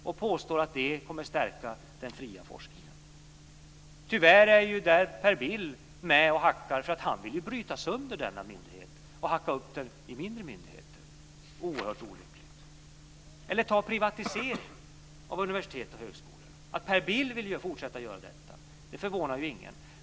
Man påstår att det kommer att stärka den fria forskningen. Tyvärr är Per Bill med där och hackar, för han vill ju bryta sönder denna myndighet och hacka upp den i mindre myndigheter. Det vore oerhört olyckligt. Ett annat exempel är privatiseringen av universitet och högskolor. Att Per Bill vill fortsätta att göra detta förvånar ju ingen.